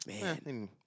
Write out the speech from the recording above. man